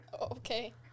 okay